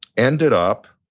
ended up,